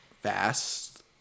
fast